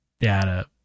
data